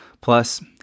plus